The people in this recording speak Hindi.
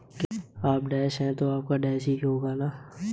कृपया इस चेक का भुगतान कर दीजिए